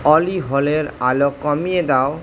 অলি হলের আলো কমিয়ে দাও